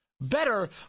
Better